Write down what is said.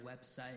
website